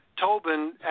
Tobin